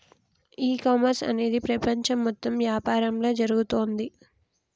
ఈ కామర్స్ అనేది ప్రపంచం మొత్తం యాపారంలా జరుగుతోంది